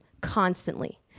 constantly